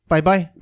Bye-bye